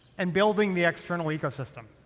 and building the external ecosystem.